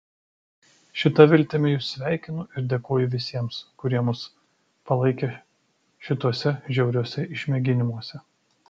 šita viltimi jus sveikinu ir dėkoju visiems kurie mus palaikė šituose žiauriuose išmėginimuose